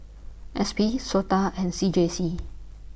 S P Sota and C J C